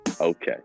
Okay